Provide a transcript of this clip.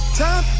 top